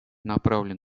направлен